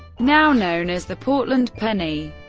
now known as the portland penny,